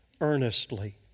earnestly